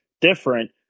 different